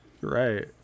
Right